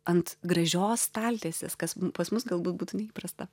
ant gražios staltiesės kas pas mus galbūt būtų neįprasta